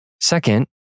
Second